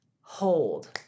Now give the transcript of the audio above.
hold